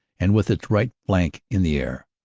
and with its right flank in the air.